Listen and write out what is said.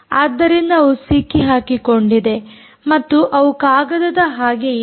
ಆದ್ದರಿಂದ ಅವು ಸಿಕ್ಕಿಹಾಕಿಕೊಂಡಿದೆ ಮತ್ತು ಅವು ಕಾಗದದ ಹಾಗೆ ಇದೆ